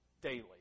daily